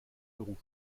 leroux